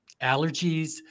Allergies